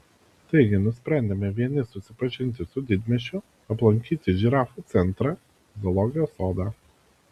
taigi nusprendėme vieni susipažinti su didmiesčiu aplankyti žirafų centrą zoologijos sodą